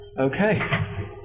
Okay